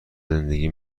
زندگی